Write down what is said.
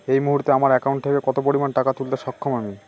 এই মুহূর্তে আমার একাউন্ট থেকে কত পরিমান টাকা তুলতে সক্ষম আমি?